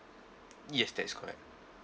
yes that is correct